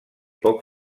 poc